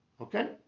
Okay